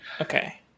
Okay